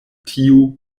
tiu